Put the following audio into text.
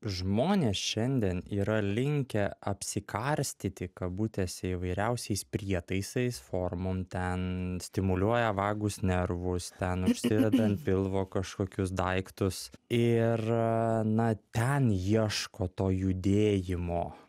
žmonės šiandien yra linkę apsikarstyti kabutėse įvairiausiais prietaisais formom ten stimuliuoja vagus nervus ten užsideda ant pilvo kažkokius daiktus ir na ten ieško to judėjimo